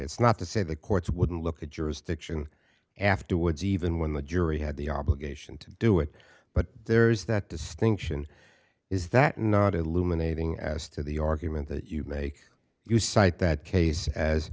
it's not to say the courts wouldn't look the jurisdiction afterwards even when the jury had the obligation to do it but there's that distinction is that not illuminating as to the argument that you make you cite that case as